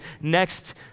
next